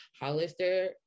Hollister